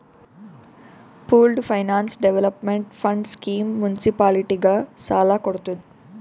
pooled finance development fund scheme ಮುನ್ಸಿಪಾಲಿಟಿಗ ಸಾಲ ಕೊಡ್ತುದ್